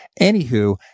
Anywho